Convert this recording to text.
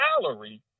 salary